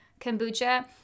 kombucha